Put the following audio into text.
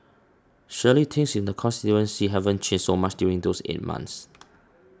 surely things in the constituency haven't changed so much during those eight months